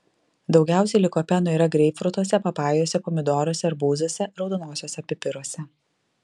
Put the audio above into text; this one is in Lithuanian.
daugiausiai likopeno yra greipfrutuose papajose pomidoruose arbūzuose raudonuosiuose pipiruose